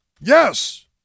Yes